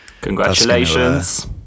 congratulations